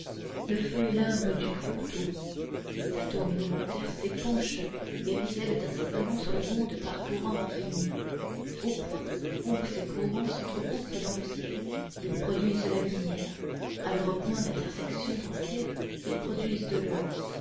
le feu est l'âme du grand tout ses atomes élémentaires s'épanchent et ruissellent incessamment sur le monde par courants infinis aux points où ces courants s'entrecoupent dans le ciel ils produisent la lumière à leurs points d'intersection dans la terre ils produisent l'or